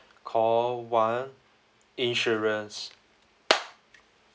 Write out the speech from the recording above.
call one insurance